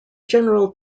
general